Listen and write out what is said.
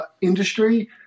industry